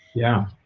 yeah.